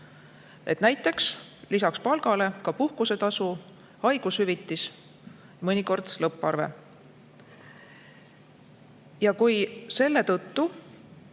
näiteks lisaks palgale ka puhkusetasu, haigushüvitis, mõnikord lõpparve. Ja kui selle tõttu